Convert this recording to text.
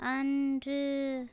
அன்று